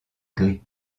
gris